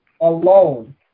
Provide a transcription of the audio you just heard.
alone